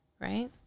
right